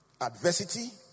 adversity